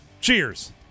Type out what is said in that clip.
cheers